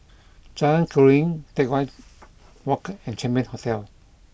Jalan Keruing Teck Whye Walk and Champion Hotel